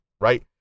right